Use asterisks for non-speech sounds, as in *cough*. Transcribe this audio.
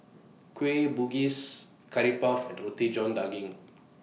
*noise* Kueh Bugis Curry Puff and Roti John Daging